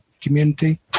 community